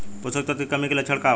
पोषक तत्व के कमी के लक्षण का वा?